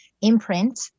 imprint